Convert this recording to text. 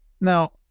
Now